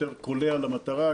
יותר קולע למטרה,